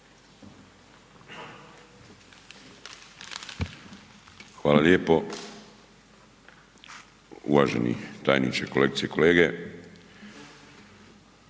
Hvala lijepo. Uvaženi tajniče, kolegice i kolege,